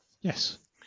Yes